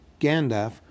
Gandalf